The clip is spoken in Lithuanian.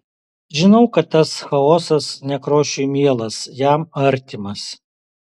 žinau kad tas chaosas nekrošiui mielas jam artimas